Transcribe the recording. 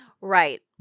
Right